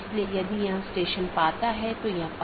दूसरा BGP connection बनाए रख रहा है